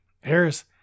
Harris